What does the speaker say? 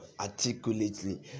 articulately